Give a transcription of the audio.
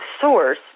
source